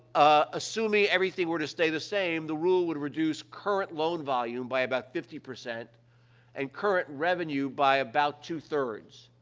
ah assuming everything were to stay the same, the rule would reduce current loan volume by about fifty percent and current revenue by about two-thirds,